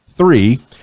three